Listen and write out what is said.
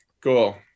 cool